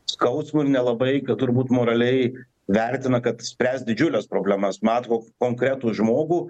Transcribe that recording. skausmui ir nelabai ką turbūt moraliai vertina kad spręst didžiules problemas matuvo konkretų žmogų